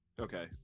Okay